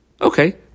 Okay